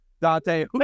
Dante